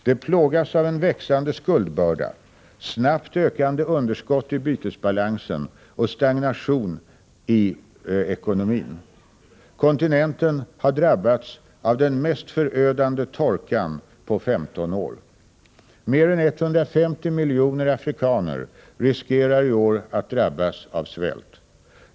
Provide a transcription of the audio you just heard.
De plågas av en växande skuldbörda, snabbt ökande underskott i bytesbalansen och stagnation i ekonomin. Kontinenten har drabbats av den mest förödande torkan på 15 år. Mer än 150 miljoner afrikaner riskerar i år att drabbas av svält.